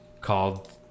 called